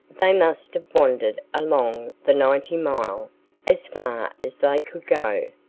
they must have wandered along the ninety-mile as far as they could go,